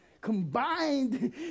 combined